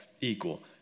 equal